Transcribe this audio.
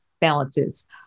balances